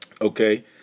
Okay